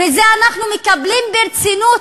ואת זה אנחנו מקבלים ברצינות,